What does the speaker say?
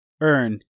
earn